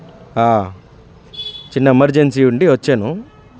చిన్న ఎమర్జెన్సీ ఉంది వచ్చాను